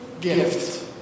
gift